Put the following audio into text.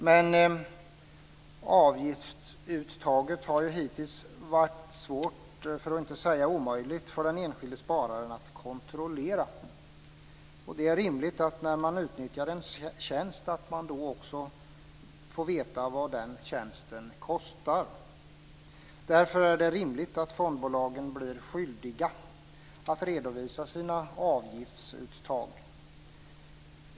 Men avgiftsuttaget har hittills varit svårt, för att inte säga omöjligt, för den enskilde spararen att kontrollera. Det är rimligt att man, när man utnyttjar en tjänst, också får veta vad den tjänsten kostar. Därför är det rimligt att fondbolagen blir skyldiga att redovisa sina avgiftsuttag.